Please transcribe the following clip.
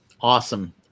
Awesome